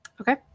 okay